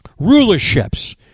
rulerships